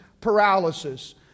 paralysis